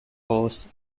halls